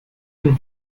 and